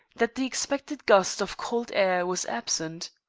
that the expected gust of cold air was absent.